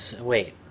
wait